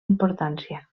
importància